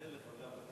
אין לך ברירה.